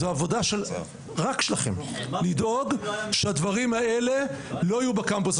זו עבודה רק שלכם לדאוג שהדברים האלה לא יהיו בקמפוס.